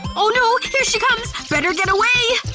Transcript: oh no, here she comes! better get away!